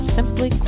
Simply